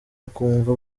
akumva